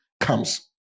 comes